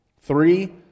Three